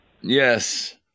Yes